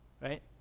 right